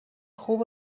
خوب